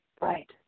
Right